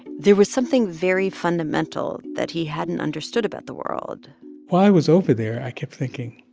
there was something very fundamental that he hadn't understood about the world while i was over there, i kept thinking,